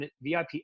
VIP